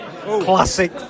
classic